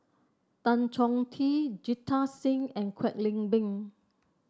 Tan Chong Tee Jita Singh and Kwek Leng Beng